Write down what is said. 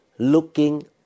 looking